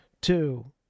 Two